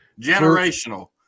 Generational